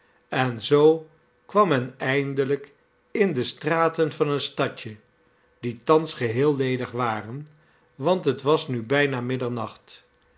en zoo kwam men eindelijk in de straten van een stadje die thans geheel ledig waren want het was nu bijna middernacht